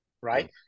right